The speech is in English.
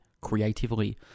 creatively